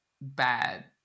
bad